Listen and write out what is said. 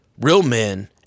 realmen